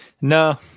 No